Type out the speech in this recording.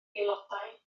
aelodau